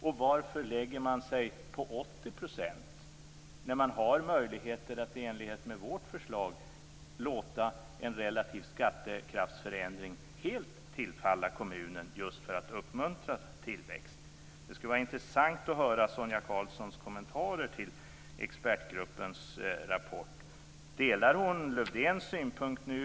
Och varför lägger man sig på 80 % när man har möjligheter att i enlighet med vårt förslag låta en relativ skattekraftsförändring helt tillfalla kommunen just för att uppmuntra tillväxt? Det skulle vara intressant att höra Sonia Karlssons kommentarer till expertgruppens rapport. Delar hon Lövdéns synpunkt?